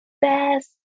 best